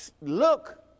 look